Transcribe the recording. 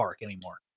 anymore